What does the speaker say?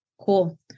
Cool